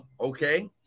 Okay